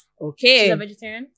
okay